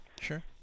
Sure